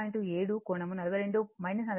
7 కోణం 42